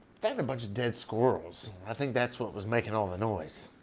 found a bunch of dead squirrels. i think that's what was making all the noise.